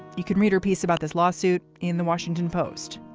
you can read her piece about this lawsuit in the washington post.